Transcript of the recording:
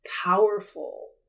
powerful